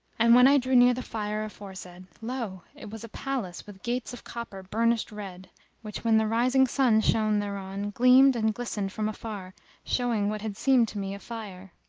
and when i drew near the fire aforesaid lo! it was a palace with gates of copper burnished red which, when the rising sun shone thereon, gleamed and glistened from afar showing what had seemed to me a fire.